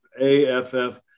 aff